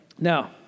Now